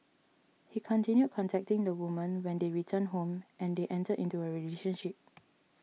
he continued contacting the woman when they returned home and they entered into a relationship